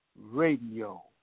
Radio